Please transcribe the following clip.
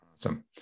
Awesome